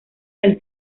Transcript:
del